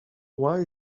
why